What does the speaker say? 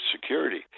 security